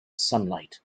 sunlight